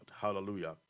Hallelujah